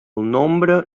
nombre